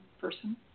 person